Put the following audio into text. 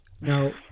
Now